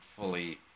fully